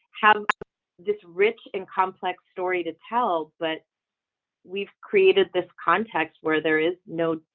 have this rich and complex story to tell but we've created this context where there is. no,